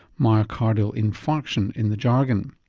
myocardial infarction in the jargon.